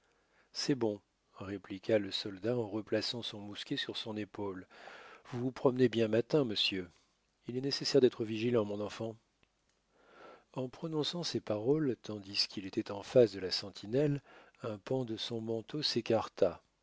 c'est bon répliqua le soldat en replaçant son mousquet sur son épaule vous vous promenez bien matin monsieur il est nécessaire d'être vigilant mon enfant en prononçant ces paroles tandis qu'il était en face de la sentinelle un pan de son manteau s'écarta